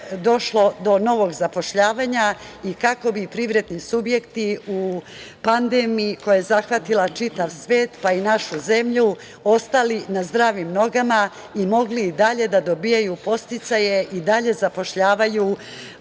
došlo do novog zapošljavanja i kako bi privredni subjekti u pandemiji koja je zahvatila čitav svet, pa i našu zemlju, ostali na zdravim nogama i mogli i dalje da dobijaju podsticaje i dalje zapošljavaju